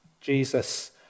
Jesus